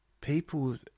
people